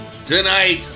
Tonight